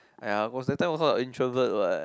!aiya! was that time I also introvert what